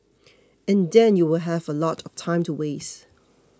and then you will have a lot of time to waste